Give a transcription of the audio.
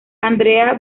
andrea